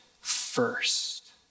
first